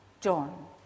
John